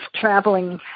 traveling